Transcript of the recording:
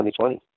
2020